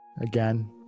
again